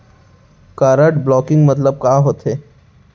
Card blocking मतलब का होथे?